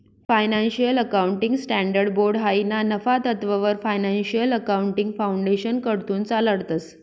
financial accounting standards board हायी ना नफा तत्ववर फायनान्शियल अकाउंटिंग फाउंडेशनकडथून चालाडतंस